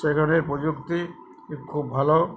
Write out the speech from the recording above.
সেখানে প্রযুক্তি খুব ভালো